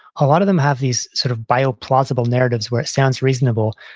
a lot of them have these sort of bio plausible narratives where it sounds reasonable,